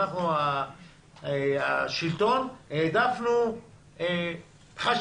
אנחנו השלטון העדפנו אחת,